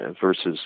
versus